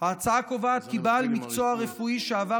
ההצעה קובעת כי בעל מקצוע רפואי שעבר